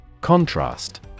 Contrast